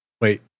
Wait